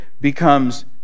becomes